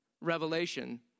revelation